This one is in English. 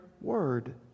word